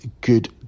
good